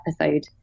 episode